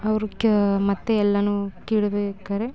ಅವುಕ್ಕೆ ಮತ್ತೆ ಎಲ್ಲನೂ ಕೀಳ್ಬೇಕಾದ್ರೆ